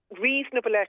reasonable